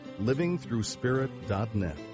livingthroughspirit.net